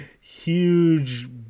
huge